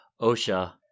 Osha